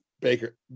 Baker